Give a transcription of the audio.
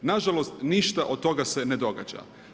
Nažalost, ništa od toga se ne događa.